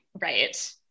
right